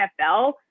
NFL